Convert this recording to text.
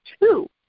two